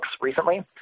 recently